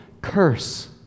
curse